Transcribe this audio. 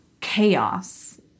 chaos